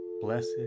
Blessed